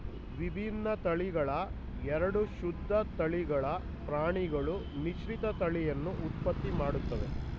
ವಿಭಿನ್ನ ತಳಿಗಳ ಎರಡು ಶುದ್ಧ ತಳಿಗಳ ಪ್ರಾಣಿಗಳು ಮಿಶ್ರತಳಿಯನ್ನು ಉತ್ಪತ್ತಿ ಮಾಡ್ತವೆ